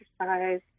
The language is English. exercise